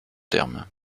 terme